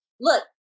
Look